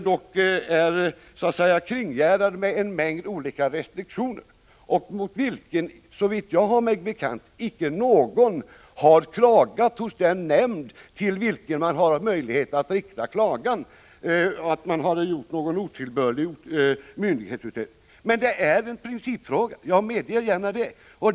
Den är dock kringgärdad av en mängd olika restriktioner, och mot den har, såvitt jag har mig bekant, icke någon klagat hos den nämnd till vilken man har möjlighet att rikta klagan om otillbörlig myndighetsutövning. Det gäller en principfråga, jag medger gärna det.